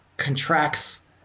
contracts